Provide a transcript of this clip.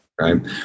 Right